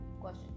Question